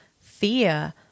fear